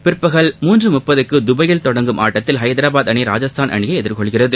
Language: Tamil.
பிற்பகல் மணி முன்று முப்பதுக்கு தபாயில் தொடங்கும் ஆட்டத்தில் ஹைதராபாத் அணி ராஜஸ்தான் அணியை எதிர்கொள்கிறது